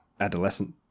adolescent